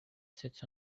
sits